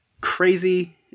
crazy